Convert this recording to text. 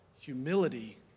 Humility